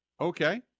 Okay